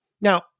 Now